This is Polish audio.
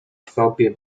sobie